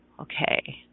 Okay